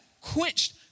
quenched